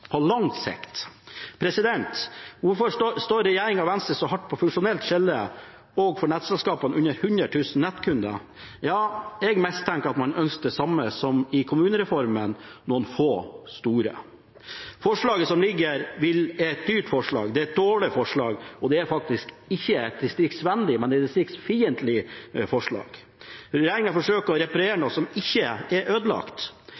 på lang sikt. Hvorfor står regjeringen og Venstre så hardt på funksjonelt skille også for nettselskap som har under 100 000 nettkunder? Jeg mistenker at man ønsker det samme som i kommunereformen: noen få store. Forslaget er et dyrt forslag, det er et dårlig forslag, og det er faktisk ikke et distriktsvennlig, men et distriktsfiendtlig forslag. Regjeringen forsøker å reparere noe som ikke er ødelagt.